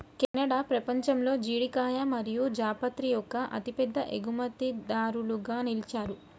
Canada పపంచంలో జీడికాయ మరియు జాపత్రి యొక్క అతిపెద్ద ఎగుమతిదారులుగా నిలిచారు